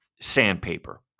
sandpaper